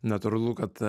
natūralu kad